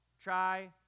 try